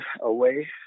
away